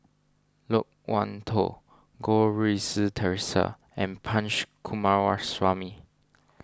Loke Wan Tho Goh Rui Si theresa and Punch Coomaraswamy